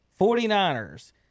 49ers